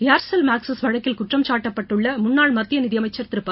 Aircel Maxis வழக்கில் குற்றம் சாட்டப்பட்டுள்ள முன்னாள் மத்திய நிதியமைச்சர் திரு ப